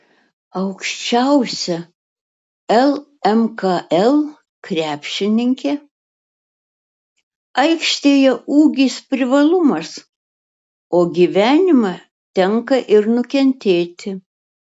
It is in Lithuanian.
aukščiausia lmkl krepšininkė aikštėje ūgis privalumas o gyvenime tenka ir nukentėti